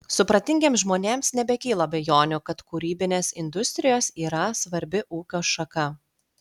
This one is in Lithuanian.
supratingiems žmonėms nebekyla abejonių kad kūrybinės industrijos yra svarbi ūkio šaka